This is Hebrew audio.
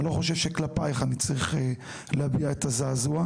אני לא חושב שכלפייך אני צריך להביע את הזעזוע,